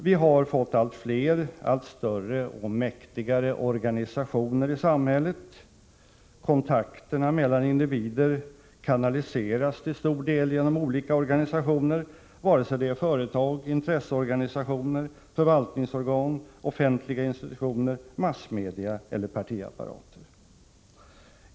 Vi har fått allt fler, allt större och allt mäktigare organisationer i samhället. Kontakterna mellan individer kanaliseras till stor del genom olika organisationer vare sig det är företag, intresseorganisationer, förvaltningsorgan, offentliga institutioner, massmedia eller partiapparater.